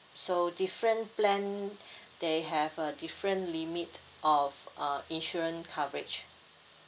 so different plan they have a different limit of uh insurance coverage